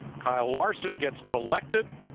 kyle larsen gets collected.